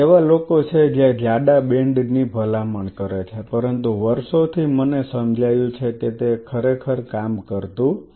એવા લોકો છે જે જાડા બેન્ડની ભલામણ કરે છે પરંતુ વર્ષોથી મને સમજાયું છે કે તે ખરેખર કામ કરતું નથી